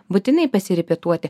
būtinai pasirepetuoti